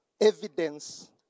evidence